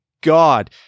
God